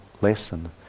lesson